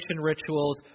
rituals